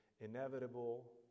inevitable